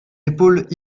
épaules